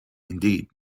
indeed